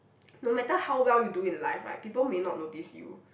no matter how well you do in life right people may not notice you